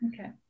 Okay